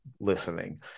listening